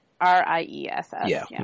R-I-E-S-S